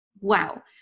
Wow